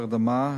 ההרדמה,